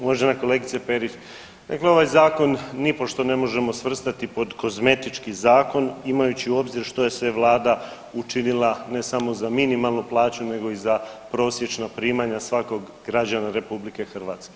Uvažena kolegice Perić dakle ovaj zakon ni pošto ne možemo svrstati pod kozmetički zakon imajući u obzir što je sve Vlada učinila ne samo za minimalnu plaću, nego i za prosječna primanja svakog građanina Republike Hrvatske.